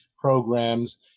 programs